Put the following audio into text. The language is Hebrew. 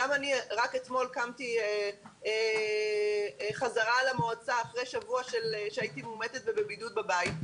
גם אני רק אתמול באתי למועצה אחרי שבוע שהייתי מאומתת ובבידוד בבית,